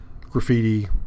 Graffiti